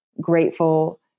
grateful